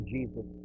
Jesus